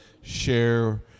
share